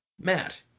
Matt